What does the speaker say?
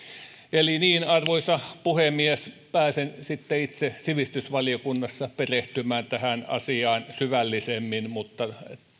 arvoisa puhemies pääsen sitten itse sivistysvaliokunnassa perehtymään tähän asiaan syvällisemmin mutta